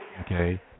Okay